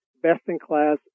best-in-class